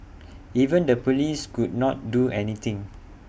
even the Police could not do anything